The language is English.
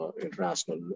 international